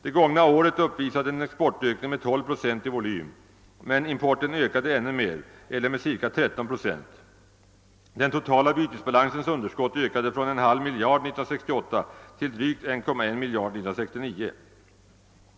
Det gångna året uppvisade en exportökning med 12 procent i volym, men importen ökade ännu mera eller med ca 13 procent. Den totala bytesbalansens underskott ökade från cirka en halv miljard 1968 till drygt 1,1 miljarder 1969.